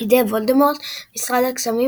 בידי וולדמורט במשרד הקסמים,